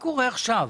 עכשיו?